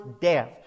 death